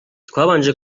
twabanje